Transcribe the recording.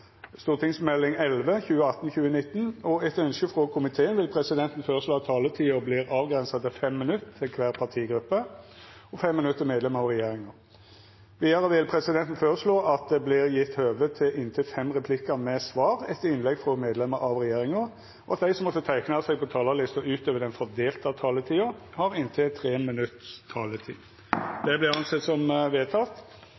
minutt til medlemer av regjeringa. Vidare vil presidenten føreslå at det vert gjeve høve til inntil fem replikkar med svar etter medlemer av regjeringa, og at dei som måtte teikna seg på talarlista utover den fordelte taletida, får ei taletid på inntil